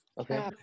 okay